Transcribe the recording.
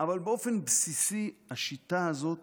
אבל באופן בסיסי השיטה הזאת